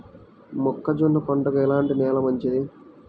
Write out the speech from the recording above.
మొక్క జొన్న పంటకు ఎలాంటి నేల మంచిది?